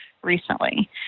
Recently